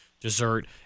dessert